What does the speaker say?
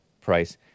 Price